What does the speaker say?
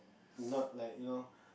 not like you know